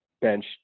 bench